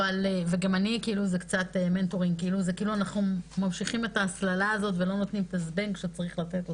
זה כאילו אנחנו ממשיכים את ההסללה הזאת ולא נותנים את הזבנג שצריך לתת.